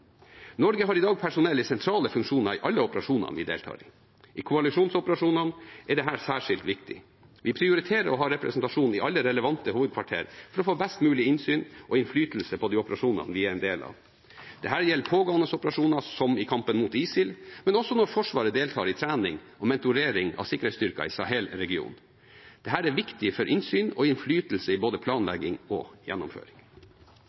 Norge har i dag personell i sentrale funksjoner i alle operasjoner vi deltar i. I koalisjonsoperasjoner er dette særskilt viktig. Vi prioriterer å ha representasjon i alle relevante hovedkvarter for å få best mulig innsyn i og innflytelse på de operasjonene vi er en del av. Dette gjelder pågående operasjoner som i kampen mot ISIL, men også når Forsvaret deltar i trening og mentorering av sikkerhetsstyrker i Sahel-regionen. Dette er viktig for innsyn og innflytelse i både planlegging og gjennomføring.